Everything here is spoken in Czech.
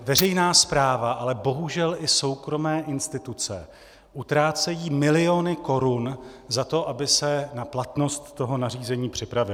Veřejná správa, ale bohužel i soukromé instituce utrácejí miliony korun za to, aby se na platnost toho nařízení připravily.